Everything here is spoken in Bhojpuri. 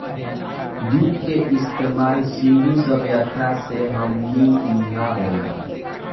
जुट के इस्तमाल सिंधु सभ्यता से हमनी इहा होला